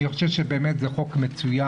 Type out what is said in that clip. אני חושב שבאמת זה חוק מצוין,